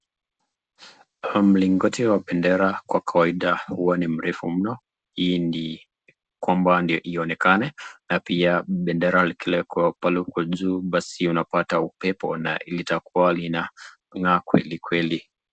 Mlingoti wa bendera kwa kawaida huwa ni mrefu mno, ili kwamba ionekane na pia bendera likiwekwa pale juu, basi unapata upepo, na itakuwa inang'aa kweli kweli.